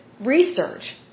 research